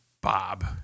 Bob